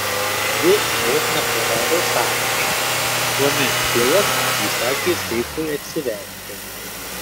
jis vos neprarado sąmonės kuomet hilas įsakė seifui atsiverti